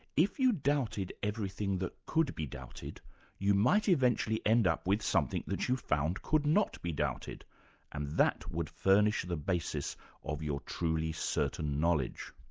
if you doubted everything that could be doubted you might eventually end up with something that you found could not be doubted and that would furnish the basis of your truly certain knowledge.